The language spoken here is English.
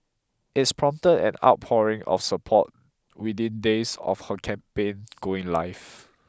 it's prompted an outpouring of support within days of her campaign going live